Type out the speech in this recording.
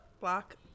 block